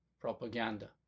propaganda